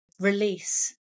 release